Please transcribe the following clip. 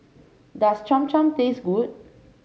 does Cham Cham taste good